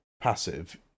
passive